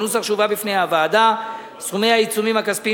בנוסח שהובא לפני הוועדה סכומי העיצומים הכספיים